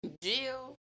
Jill